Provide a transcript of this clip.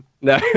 no